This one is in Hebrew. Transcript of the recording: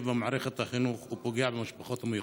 במערכת החינוך ופוגע במשפחות המיוחדות.